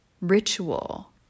ritual